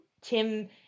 Tim